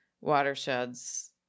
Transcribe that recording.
watersheds